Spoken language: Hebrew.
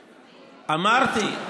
--- אמרתי,